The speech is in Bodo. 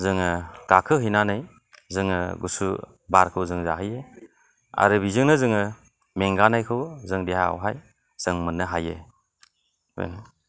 जोङो गाखो हैनानै जोङो गुसु बारखौ जोङो जाहैयो आरो बिजोंनो जोङो मेंगानायखौ जों देहायावहाय जों मोननो हायो बेनो